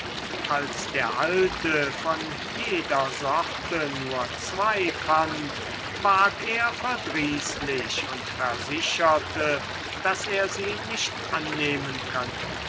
als der alte von jeder sorte nur zwei fand ward er verdrießlich und versicherte daß er sie nicht annehmen könne